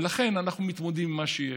ולכן אנחנו מתמודדים עם מה שיש.